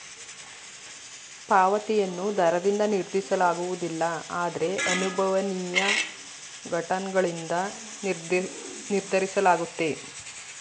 ಪಾವತಿಯನ್ನು ದರದಿಂದ ನಿರ್ಧರಿಸಲಾಗುವುದಿಲ್ಲ ಆದ್ರೆ ಸಂಭವನೀಯ ಘಟನ್ಗಳಿಂದ ನಿರ್ಧರಿಸಲಾಗುತ್ತೆ